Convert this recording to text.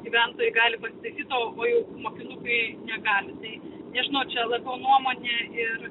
gyventojai gali pasitaisyt o o jau mokinukai negali tai nežinau čia labiau nuomonė ir